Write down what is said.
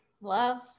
Love